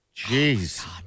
Jeez